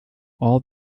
all